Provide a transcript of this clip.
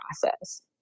process